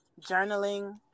journaling